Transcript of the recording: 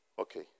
Okay